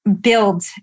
build